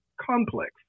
complex